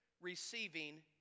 receiving